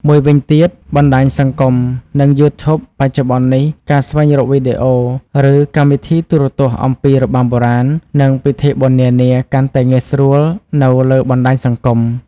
មួយវិញទៀតបណ្តាញសង្គម និង YouTube បច្ចុប្បន្ននេះ ការស្វែងរកវីដេអូ ឬកម្មវិធីទូរទស្សន៍អំពីរបាំបុរាណ និងពិធីបុណ្យនានាកាន់តែងាយស្រួលនៅលើបណ្តាញសង្គម។